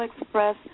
express